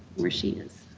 where she is